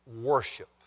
worship